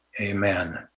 Amen